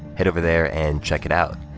head over there and check it out!